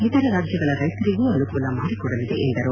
ಇತರ ರಾಜ್ಯಗಳ ರೈತರಿಗೂ ಅನುಕೂಲ ಮಾಡಿಕೊಡಲಿದೆ ಎಂದರು